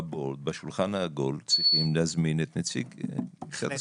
בשולחן העגול צריכים להזמין את נציג משרד הספורט.